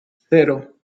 cero